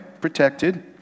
protected